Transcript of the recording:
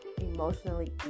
emotionally